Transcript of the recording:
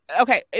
Okay